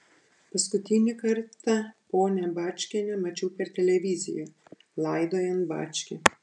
paskutinį kartą ponią bačkienę mačiau per televiziją laidojant bačkį